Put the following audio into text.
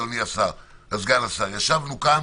אדוני סגן השר: ישבנו כאן